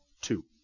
two